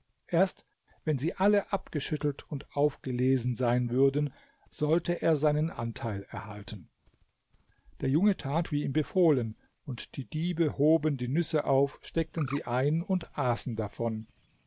erst wenn sie alle abgeschüttelt und aufgelesen sein würden sollte er seinen anteil erhalten der junge tat wie ihm befohlen und die diebe hoben die nüsse auf steckten sie ein und aßen davon